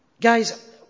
guys